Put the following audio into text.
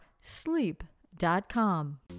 sleep.com